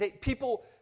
people